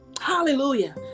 hallelujah